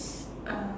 um